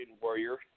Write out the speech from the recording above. warrior